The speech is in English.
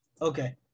Okay